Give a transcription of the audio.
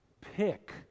pick